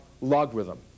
logarithm